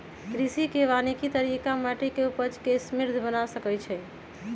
कृषि वानिकी तरिका माटि के उपजा के समृद्ध बना सकइछइ